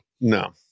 No